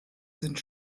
sind